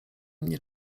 mnie